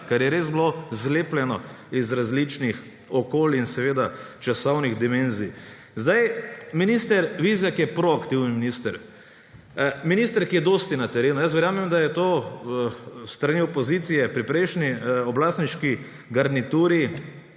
ker je res bilo zlepljeno iz različnih okolij in seveda časovnih dimenzij. Minister Vizjak je proaktiven minister; minister, ki je dosti na terenu. Verjamem, da je to s strani opozicije pri prejšnji oblastniški garnituri